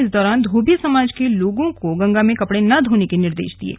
इस दौरान धोबी समाज के लोगों को गंगा में कपड़े न धोने के निर्देश दिये गए